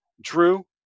Drew